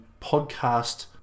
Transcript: podcast